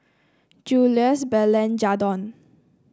Julious Belen Jadon